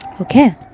okay